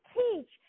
teach